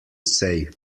say